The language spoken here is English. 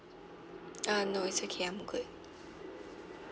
uh no it's okay I'm good